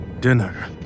Dinner